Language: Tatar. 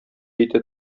итә